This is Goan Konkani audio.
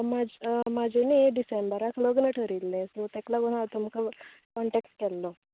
म्हाज म्हाजें न्ही डिसेंबराक लग्न ठरयल्लें सो तेका लागून हांवे तुमका कोन्टेक्ट केल्लो